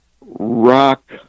rock